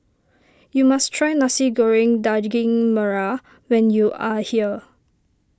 you must try Nasi Goreng Daging Merah when you are here